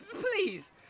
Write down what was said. Please